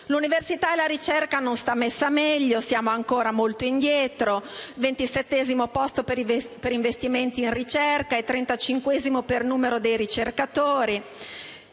L'università e la ricerca non stanno messe meglio, siamo ancora molto indietro: siamo al 27° posto per gli investimenti in ricerca e al 35° posto per numero di ricercatori.